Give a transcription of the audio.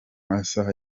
masaha